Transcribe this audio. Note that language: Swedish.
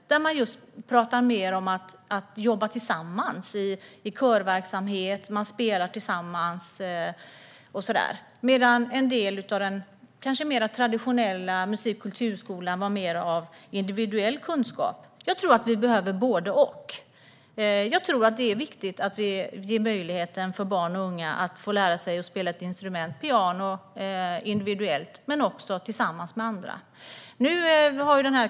Där pratar man mer om att jobba tillsammans i körverksamhet. Man spelar tillsammans och så vidare. Den mer traditionella musik och kulturskolan handlar kanske mer om individuell kunskap. Jag tror att vi behöver både och. Jag tror att det är viktigt att vi ger barn och unga möjligheten att få lära sig att spela ett instrument, piano, individuellt men också tillsammans med andra.